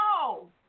no